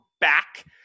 back